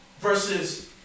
versus